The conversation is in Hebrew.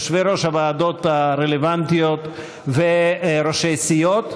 יושבי-ראש הוועדות הרלוונטיות וראשי סיעות.